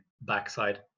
backside